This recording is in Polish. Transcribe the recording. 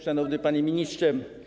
Szanowny Panie Ministrze!